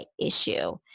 issue